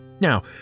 Now